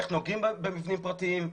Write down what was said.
איך נוגעים במבנים פרטיים.